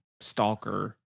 stalker